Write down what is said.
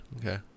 Okay